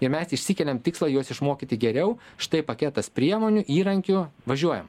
ir mes išsikeliam tikslą juos išmokyti geriau štai paketas priemonių įrankių važiuojam